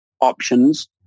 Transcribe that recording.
options